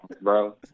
bro